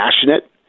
passionate